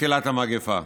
מתחילת המגפה,